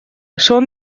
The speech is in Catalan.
són